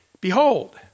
Behold